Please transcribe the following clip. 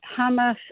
Hamas